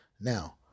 Now